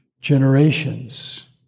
generations